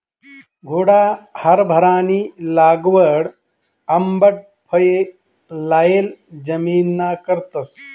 घोडा हारभरानी लागवड आंबट फये लायेल जमिनना करतस